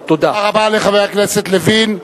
תודה רבה לחבר הכנסת אורון.